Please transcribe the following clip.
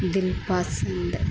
dilpasand